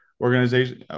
organization